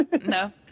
no